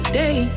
day